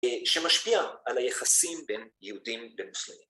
שמשפיע על היחסים בין יהודים בנושאים.